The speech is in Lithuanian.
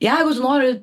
jeigu tu nori